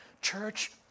Church